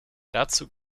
dazu